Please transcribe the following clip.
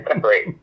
Great